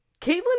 Caitlin